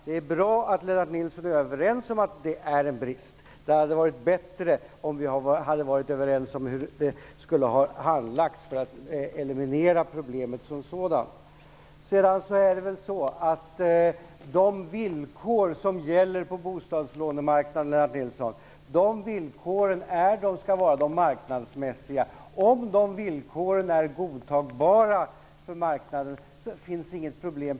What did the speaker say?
Det är bra att Lennart Nilsson och jag är överens om att det är en brist, men det hade varit bättre om vi hade varit överens om hur ärendet skulle ha handlagts för att man skulle ha kunnat eliminera problemet. Villkoren på bostadslånemarknaden skall vara marknadsmässiga. Om marknaden godtar dessa villkor finns inget problem.